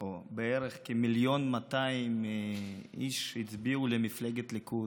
או בערך כ-1.2 מיליון איש הצביעו למפלגת הליכוד,